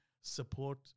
support